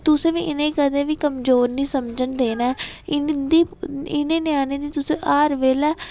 ते तुसें बी इ'नेंगी कदें कमजोर निं समझन देना ऐ इं'दी इ'नें ञ्यानें दी तु'सें हर बेल्लै